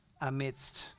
amidst